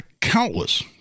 countless